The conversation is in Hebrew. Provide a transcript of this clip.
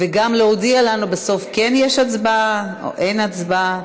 וגם להודיע לנו בסוף אם יש הצבעה או אין הצבעה.